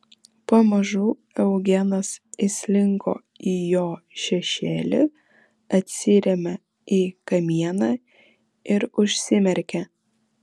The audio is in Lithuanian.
pamažu eugenas įslinko į jo šešėlį atsirėmė į kamieną ir užsimerkė